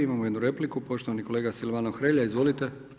Imamo jednu repliku, poštovani kolega Silvano Hrelja, izvolite.